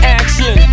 action